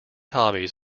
hobbies